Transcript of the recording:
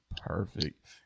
Perfect